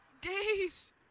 days